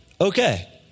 okay